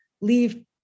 leave